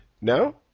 No